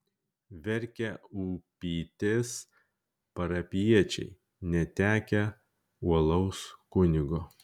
verkia upytės parapijiečiai netekę uolaus kunigo